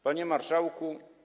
Panie Marszałku!